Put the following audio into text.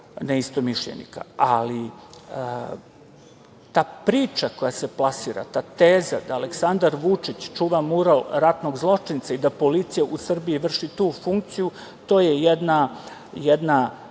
neistomišljenika. Ali, ta priča koja se plasira, ta teza da Aleksandar Vučić čuva mural ratnog zločinca i da policija u Srbiji vrši tu funkciju, to je jedna